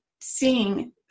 seeing